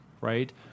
right